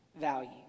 value